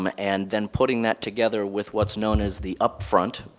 um and then putting that together with what's known as the upfront.